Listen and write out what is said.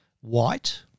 white